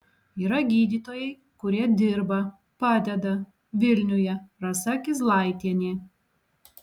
yra gydytojai kurie dirba padeda vilniuje rasa kizlaitienė